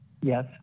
Yes